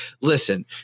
listen